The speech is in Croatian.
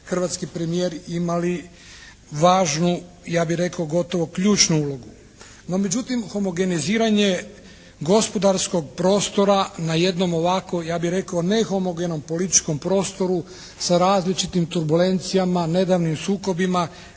hrvatski premijer imali važnu, ja bih rekao gotovo ključnu ulogu.